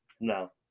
No